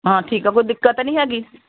ਹਾਂ ਠੀਕ ਆ ਕੋਈ ਦਿੱਕਤ ਤਾਂ ਨਹੀਂ ਹੈਗੀ